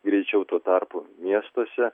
greičiau tuo tarpu miestuose